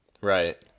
Right